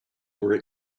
were